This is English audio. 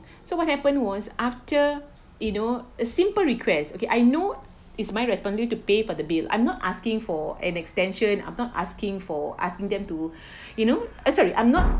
so what happened was after you know simple requests okay I know it's my responsible to pay for the bill I'm not asking for an extension I'm not asking for asking them to you know uh sorry I'm not